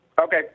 Okay